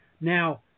Now